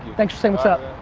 thanks for saying wassup.